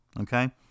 okay